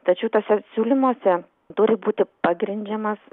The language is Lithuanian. tačiau tuose siūlymuose turi būti pagrindžiamas